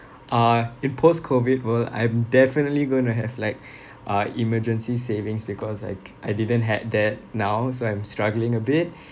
uh in post-COVID world I'm definitely going to have like uh emergency savings because like I didn't had that now so I'm struggling a bit